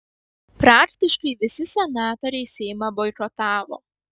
praktiškai visi senatoriai seimą boikotavo